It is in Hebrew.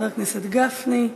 חבר הכנסת גפני,